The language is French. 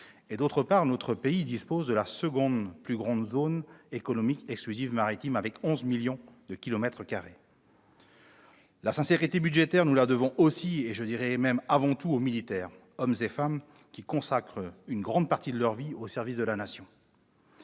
d'autre part, notre pays dispose de la deuxième plus grande zone économique exclusive avec 11 millions de kilomètres carrés. La sincérité budgétaire, nous la devons aussi, et je dirais même « avant tout » aux militaires, hommes et femmes, qui consacrent une grande partie de leur vie au service de la Nation.